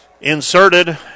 inserted